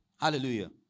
Hallelujah